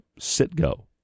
Sitgo